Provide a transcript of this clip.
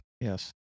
Yes